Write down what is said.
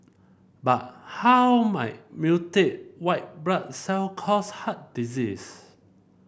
but how might mutated white blood cell cause heart disease